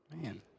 Man